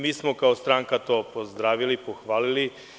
Mi smo kao stranka to pozdravili, pohvalili.